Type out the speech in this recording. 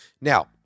Now